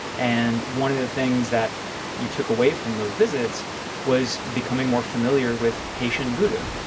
and one of the things that you took away from those visits was becoming more familiar with haitian voodoo.